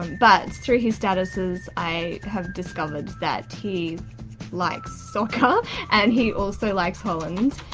but through his statuses i have discovered that he likes soccer and he also likes holland.